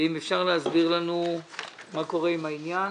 ואם אפשר להסביר לנו מה קורה עם העניין.